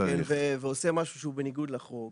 מי שמכיר את התקן ועושה משהו שהוא בניגוד לחוק,